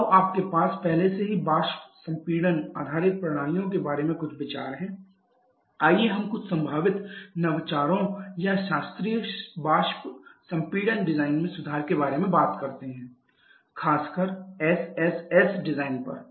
तो अब आपके पास पहले से ही वाष्प संपीड़न आधारित प्रणालियों के बारे में कुछ विचार है आइए हम कुछ संभावित नवाचारों या शास्त्रीय वाष्प संपीड़न डिजाइन में सुधार के बारे में बात करते हैं खासकर SSS डिजाइन पर